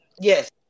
Yes